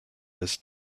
this